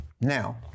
Now